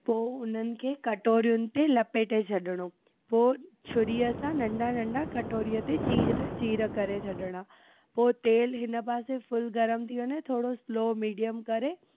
पोइ उन्हनि खे कटोरियुनि ते लपेटे छॾिणो पोइ छुरीअ सां नंढा नंढा कटोरीअ ते चीर चीर करे छॾिणा पोइ तेल हिन पासे फुल गरम थी वञे थोरो स्लो मीडियम करे